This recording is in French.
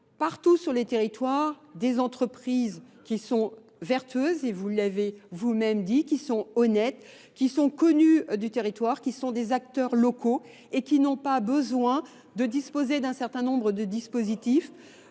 partout sur les territoires des entreprises qui sont verteuses, et vous l'avez vous-même dit, qui sont honnêtes, qui sont connues du territoire, qui sont des acteurs locaux et qui n'ont pas besoin de disposer d'un certain nombre de dispositifs